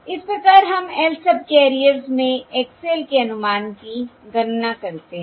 इस प्रकार हम lth सबकैरियर्स में X l के अनुमान की गणना करते हैं